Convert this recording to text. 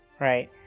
right